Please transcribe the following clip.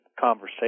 conversation